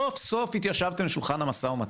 סוף סוף התיישבתם לשולחן המו"מ.